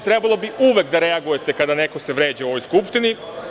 Trebalo bi uvek da reagujete kada se neko vređa u ovoj Skupštini.